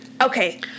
Okay